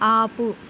ఆపు